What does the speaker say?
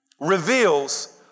reveals